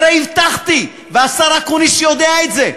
הרי הבטחתי, והשר אקוניס יודע את זה,